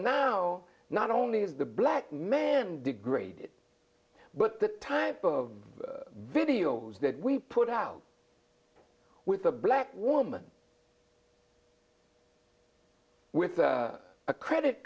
now not only is the black man degraded but the type of videos that we put out with a black woman with a credit